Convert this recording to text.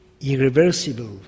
irreversible